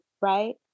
right